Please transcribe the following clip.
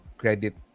credit